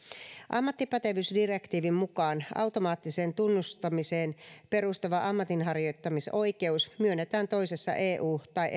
ammattipätevyysdirektiivin mukaan automaattiseen tunnustamiseen perustuva ammatinharjoittamisoikeus myönnetään toisessa eu tai